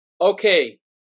okay